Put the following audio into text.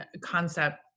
concept